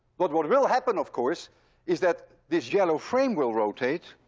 but what will happen of course is that this yellow frame will rotate